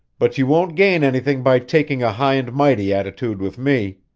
but you won't gain anything by taking a high-and-mighty attitude with me.